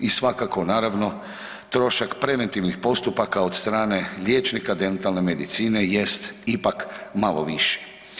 I svakako naravno trošak preventivnih postupaka od strane liječnika dentalne medicine jest ipak malo viši.